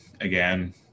again